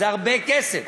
זה הרבה כסף,